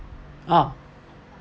ah